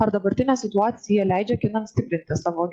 ar dabartinė situacija leidžia kinams stiprinti savo